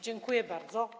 Dziękuję bardzo.